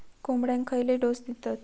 कोंबड्यांक खयले डोस दितत?